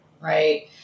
right